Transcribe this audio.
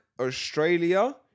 Australia